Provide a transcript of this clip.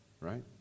Right